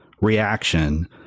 reaction